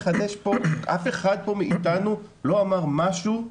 אף אחד פה מאיתנו לא אמר פה משהו,